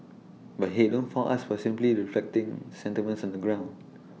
but hey don't fault us for simply reflecting sentiments on the ground